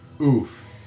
Oof